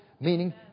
meaning